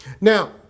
Now